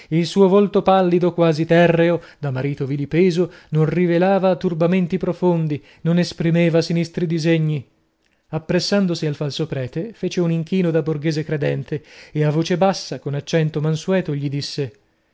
il suo volto pallido quasi terreo da marito vilipeso non rivelava turbamenti profondi non esprimeva sinistri disegni appressandosi al falso prete fece un inchino da borghese credente e a voce bassa con accento mansueto gli disse